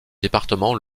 département